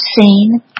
seen